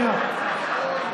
בשביל הכיסא.